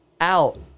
Out